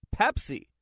Pepsi